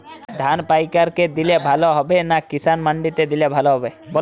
ধান পাইকার কে দিলে ভালো হবে না কিষান মন্ডিতে দিলে ভালো হবে?